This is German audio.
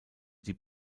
die